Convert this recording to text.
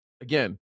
again